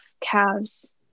calves